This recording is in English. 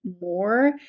more